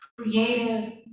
creative